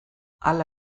hala